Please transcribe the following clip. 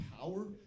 power